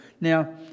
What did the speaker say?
Now